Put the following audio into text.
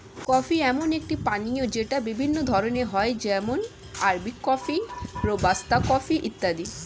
coffee এমন একটি পানীয় যেটা বিভিন্ন ধরণের হয় যেমন আরবিক কফি, রোবাস্তা কফি ইত্যাদি